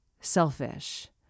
selfish